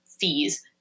fees